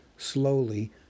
Slowly